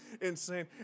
insane